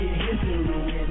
history